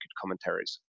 commentaries